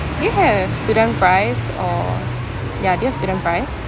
do you have student price or ya do you have student price